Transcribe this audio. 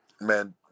man